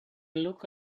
look